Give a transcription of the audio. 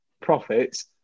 profits